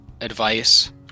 advice